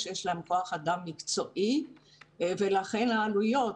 שיש להם כוח אדם מקצועי ולכן העלויות,